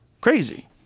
Crazy